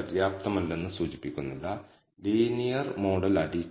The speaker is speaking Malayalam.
അതിനാൽ സിഗ്നിഫിക്കൻസ് ലെവൽ 5